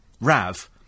Rav